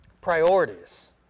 priorities